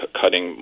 cutting